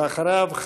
ואחריו,